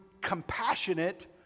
compassionate